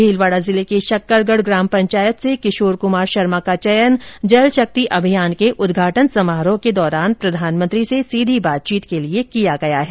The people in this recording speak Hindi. भीलवाड़ा जिले के शक्करगढ ग्राम पंचायत से किशोर कुमार शर्मा का चयन जल शक्ति अभियान के उद्घाटन समारोह के दौरान प्रधानमंत्री से सीधी बातचीत के लिये किया गया है